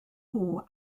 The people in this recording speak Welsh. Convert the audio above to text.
nhw